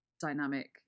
dynamic